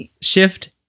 Shift